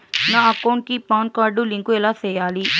నా అకౌంట్ కి PAN card link ఎలా సేయాలి